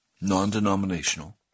non-denominational